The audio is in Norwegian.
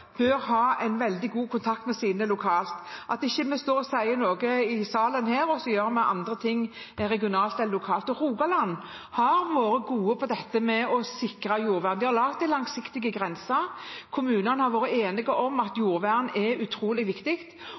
bør ha veldig god kontakt med sine lokalt, at vi ikke står og sier noe i salen her og gjør andre ting regionalt eller lokalt. Rogaland har vært gode på det med å sikre jordvernet. De har laget en langsiktig grense. Kommunene har vært enige om at jordvern er utrolig viktig.